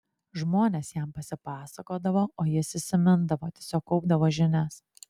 žmonės jam pasipasakodavo o jis įsimindavo tiesiog kaupdavo žinias